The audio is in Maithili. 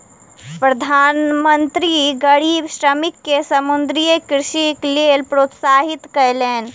प्रधान मंत्री गरीब श्रमिक के समुद्रीय कृषिक लेल प्रोत्साहित कयलैन